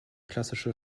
klassische